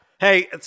Hey